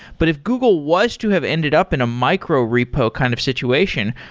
but if google was to have ended up in a micro repo kind of situation,